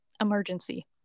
emergency